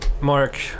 Mark